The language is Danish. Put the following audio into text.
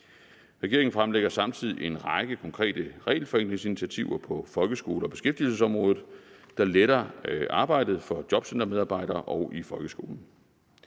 Regeringen fremlægger samtidig en række konkrete regelforenklingsinitiativer på folkeskole- og beskæftigelsesområdet, der letter arbejdet for jobcentermedarbejdere og i folkeskolen.